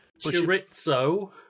Chorizo